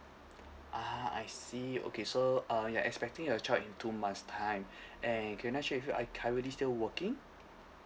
ah I see okay so uh you're expecting a child in two months time and can I check with you are you currently still working